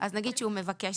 אז נגיד שהוא מבקש,